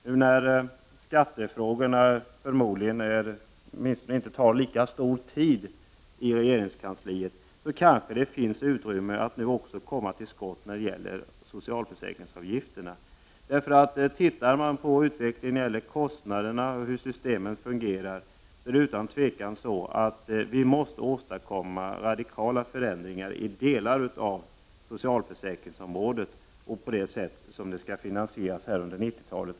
Nu när skattefrågorna förmodligen inte tar lika mycket tid i anspråk i regeringskansliet kanske det finns utrymme att också komma till skott när det gäller socialförsäkringsavgifterna. Med tanke på utvecklingen i fråga om kostnaderna och hur systemen fungerar är det utan tvivel så att vi måste åstadkomma radikala förändringar på delar av socialförsäkringsområdet och vad gäller hur systemen skall finansieras under 90-talet.